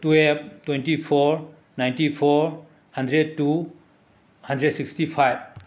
ꯇꯨꯋꯦꯕ twenty four ninety four hundred two hundred sixty five